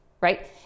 right